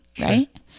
right